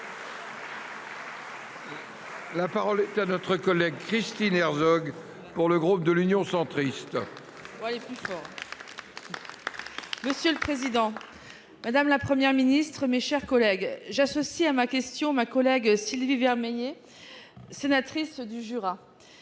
La parole est à Mme Christine Herzog, pour le groupe Union Centriste. Monsieur le président, madame la Première ministre, mes chers collègues, j'associe à ma question Sylvie Vermeillet, sénatrice du Jura.